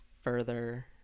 further